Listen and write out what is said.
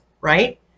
right